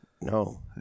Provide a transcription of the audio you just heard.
No